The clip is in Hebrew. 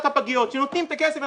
כשנותנים את הכסף,